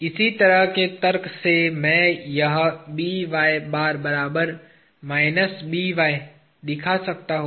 इसी तरह के तर्क से मैं यह दिखा सकता हूं